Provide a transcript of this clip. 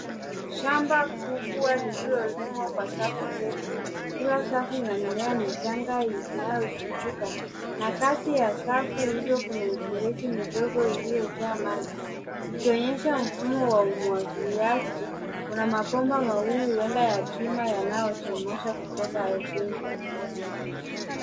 Shamba kubwa lililolimwa kwa safu ndefu. Kila safu ina mimea michanga inayochipuka na kati ya safu hiyo kuna mifereji midogo iliyojaa maji ikionyesha mfumo wa umwangiliaji. Kuna mabomba mawili huenda ya chuma yanayochomoza kutoka ardhini .